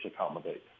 accommodate